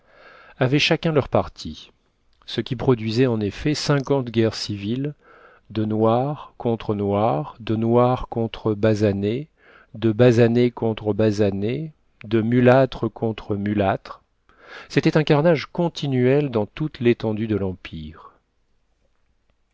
avaient chacun leur parti ce qui produisait en effet cinquante guerres civiles de noirs contre noirs de noirs contre basanés de basanés contre basanés de mulâtres contre mulâtres c'était un carnage continuel dans toute l'étendue de l'empire